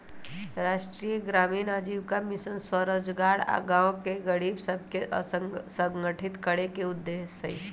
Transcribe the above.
राष्ट्रीय ग्रामीण आजीविका मिशन स्वरोजगार आऽ गांव के गरीब सभके संगठित करेके उद्देश्य हइ